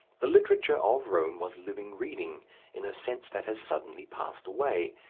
the literature of rome was living reading in a sense that has suddenly passed away,